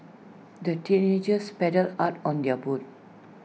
the teenagers paddled hard on their boat